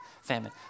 famine